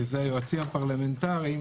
שזה היועצים הפרלמנטריים,